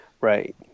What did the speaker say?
Right